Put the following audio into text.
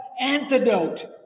antidote